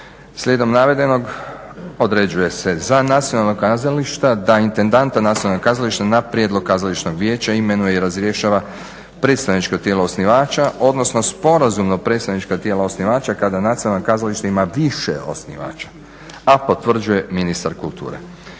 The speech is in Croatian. Slijedom navedenog određuje se za nacionalna kazališta da intendanta nacionalnog kazališta na prijedlog kazališnog vijeća imenuje i razrješava predstavničko tijelo osnivača, odnosno sporazumna predstavnička tijela osnivača kada nacionalno kazalište ima više osnivača, a potvrđuje ministar kulture.